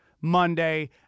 Monday